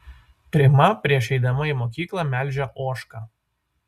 prima prieš eidama į mokyklą melžia ožką